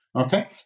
Okay